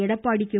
Edappadi K